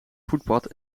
voetpad